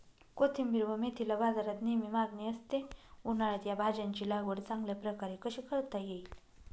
कोथिंबिर व मेथीला बाजारात नेहमी मागणी असते, उन्हाळ्यात या भाज्यांची लागवड चांगल्या प्रकारे कशी करता येईल?